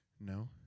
No